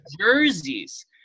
jerseys